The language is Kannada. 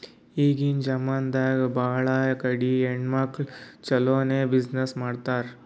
ಈಗಿನ್ ಜಮಾನಾದಾಗ್ ಭಾಳ ಕಡಿ ಹೆಣ್ಮಕ್ಕುಳ್ ಛಲೋನೆ ಬಿಸಿನ್ನೆಸ್ ಮಾಡ್ಲಾತಾರ್